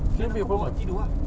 friend aku bawa tidur ah